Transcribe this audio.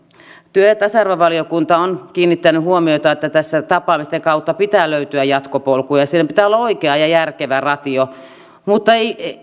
työ ja tasa arvovaliokunta on kiinnittänyt huomiota että tapaamisten kautta pitää löytyä jatkopolku ja siinä pitää olla oikea ja järkevä ratio mutta